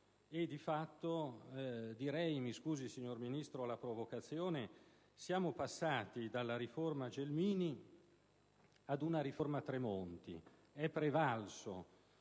e di fatto - mi scusi, signora Ministro, la provocazione - siamo passati dalla riforma Gelmini ad una riforma Tremonti: è prevalso